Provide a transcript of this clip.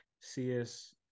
CS